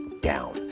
down